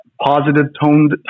positive-toned